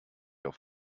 auf